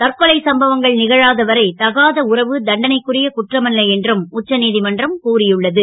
தற்கொலை சம்பவங்கள் கழாத வரை தகாத உறவு தண்டனைக்குரிய குற்றமல்ல என்றும் உச்சநீ மன்றம் கூறியுள்ள து